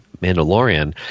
Mandalorian